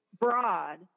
broad